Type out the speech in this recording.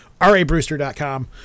rabrewster.com